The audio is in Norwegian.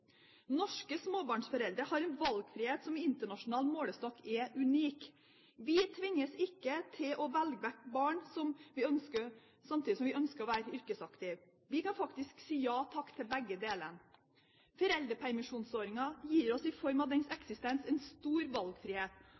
Norske småbarnsforeldre har en valgfrihet som i internasjonal målestokk er unik. Vi tvinges ikke til å velge vekk barn dersom vi ønsker å være yrkesaktive. Vi kan faktisk si ja takk til begge deler. Foreldrepermisjonsordningen gir oss i form av dens eksistens en stor valgfrihet.